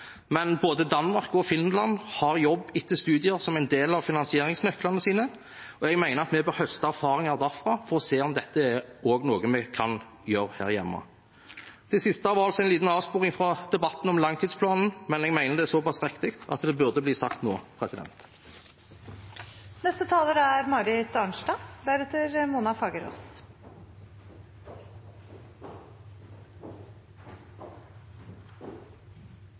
Men både Danmark og Finland har jobb etter studier som en del av finansieringsnøklene sine, og jeg mener at vi bør høste erfaringer derfra for å se om dette også er noe vi kan gjøre her hjemme. Det siste var en liten avsporing av debatten om langtidsplanen, men jeg mener det er såpass viktig at det burde bli sagt nå. Denne langtidsplanen for forskning og høyere utdanning er